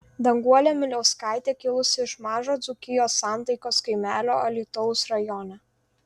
danguolė miliauskaitė kilusi iš mažo dzūkijos santaikos kaimelio alytaus rajone